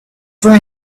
for